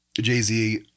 Jay-Z